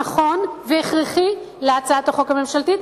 נכון והכרחי להצעת החוק הממשלתית,